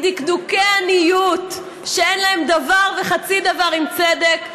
היא דקדוקי עניות שאין להם דבר וחצי דבר עם צדק,